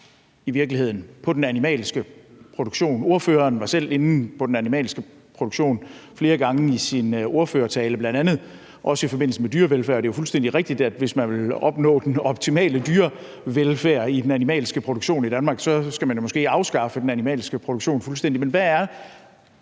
i virkeligheden, på den animalske produktion. Ordføreren var selv inde på den animalske produktion flere gange i sin ordførertale, bl.a. i forbindelse med dyrevelfærd, og det er jo fuldstændig rigtigt, at hvis man vil opnå den optimale dyrevelfærd i den animalske produktion i Danmark, skal man måske afskaffe den animalske produktion fuldstændigt. Men hvad er